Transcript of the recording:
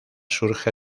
surge